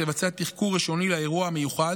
להפך, אני בא לחזק.